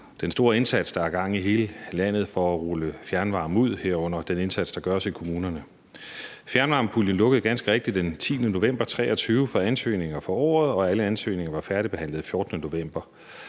den store indsats, der er i gang i hele landet for at rulle fjernvarme ud, herunder den indsats, der gøres i kommunerne. Fjernvarmepuljen lukkede ganske rigtigt den 10. november 2023 for ansøgninger for året, og alle ansøgninger var færdigbehandlet den 14. november.